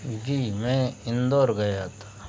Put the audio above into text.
जी मैं इंदोर गया था